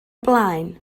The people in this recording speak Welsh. blaen